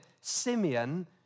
Simeon